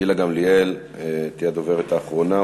גילה גמליאל היא הדוברת האחרונה,